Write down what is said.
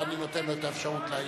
ואני נותן לו את האפשרות להעיר.